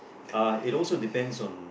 uh it also depends on